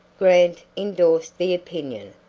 grant endorsed the opinion.